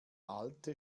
alte